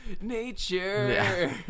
Nature